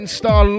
star